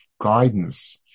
guidance